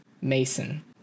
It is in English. Mason